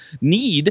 need